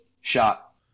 shot